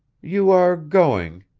you are going,